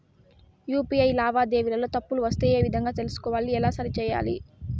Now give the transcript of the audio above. UPI లావాదేవీలలో తప్పులు వస్తే ఏ విధంగా తెలుసుకోవాలి? ఎలా సరిసేయాలి?